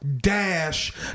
Dash